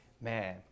Man